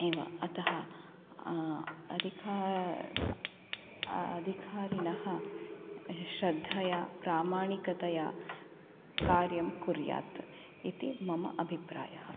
एव अतः अधिका अधिकारिणः श्रद्धया प्रामाणिकतया कार्यं कुर्यात् इति मम अभिप्रायः